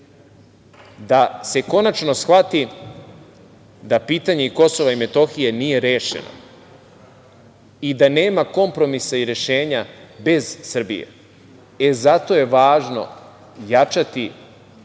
da se konačno shvati da pitanje Kosova i Metohije nije rešeno i da nema kompromisa i rešenja bez Srbije. Zato je važno jačati